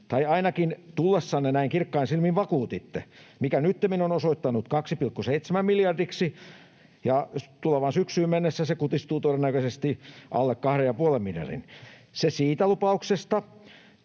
tai ainakin tullessanne näin kirkkain silmin vakuutitte — mikä nyttemmin on osoittautunut 2,7 miljardiksi, ja tulevaan syksyyn mennessä se kutistuu todennäköisesti alle 2,5 miljardin. Se siitä lupauksesta.